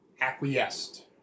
acquiesced